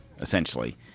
essentially